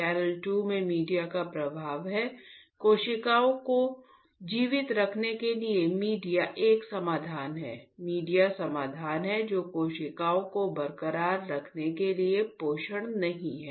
channel 2 में media का प्रवाह है कोशिकाओं को जीवित रखने के लिए मीडिया एक समाधान है मीडिया समाधान है जो कोशिकाओं को बरकरार रखने के लिए पोषण नहीं है